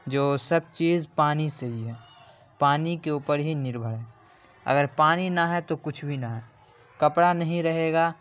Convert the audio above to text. جو سب چیز پانی سے ہی ہے پانی کے اوپر ہی نربھر ہے اگر پانی نہ ہے تو کچھ بھی نہ ہے کپڑا نہیں رہے گا